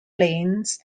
planes